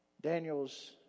Daniel's